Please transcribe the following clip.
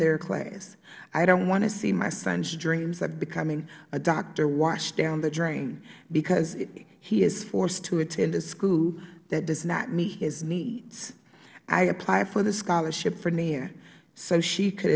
their class i don't want to see my son's dreams of becoming a doctor washed down the drain because he is forced to attend a school that does not meet his needs i applied for the scholarship for nia so she could